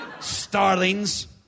Starlings